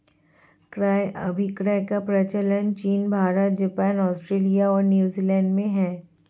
क्रय अभिक्रय का प्रचलन चीन भारत, जापान, आस्ट्रेलिया और न्यूजीलैंड में है